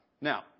Now